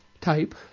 type